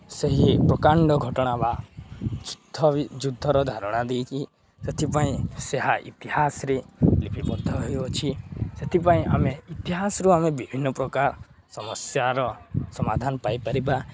ସେହି ପ୍ରକାଣ୍ଡ ଘଟଣା ବା ଯୁଦ୍ଧ ବି ଯୁଦ୍ଧର ଧାରଣା ଦେଇଛି ସେଥିପାଇଁ ତାହା ଇତିହାସରେ ଲିପିବଦ୍ଧ ହୋଇଅଛି ସେଥିପାଇଁ ଆମେ ଇତିହାସରୁ ଆମେ ବିଭିନ୍ନପ୍ରକାର ସମସ୍ୟାର ସମାଧାନ ପାଇପାରିବା